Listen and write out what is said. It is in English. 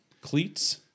cleats